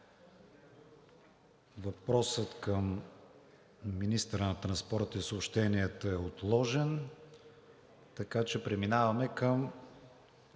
Въпросът към министъра на транспорта и съобщенията е отложен, така че преминаваме към